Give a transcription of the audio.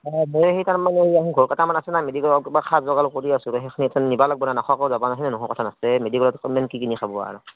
অঁ ময়ো সেই তাৰমানে বৰপেটামান আছে না মেডিকেলত কিবা খা যোগাৰ কৰি আছো দে সেখিনি চোন নিবা লাগব' না নাখ'ৱাকে যাবা ন'ৰো হয়নে নহয় কথা নাকছে মেডিকেলত কিমেন কি কিনি খাব আৰু